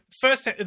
first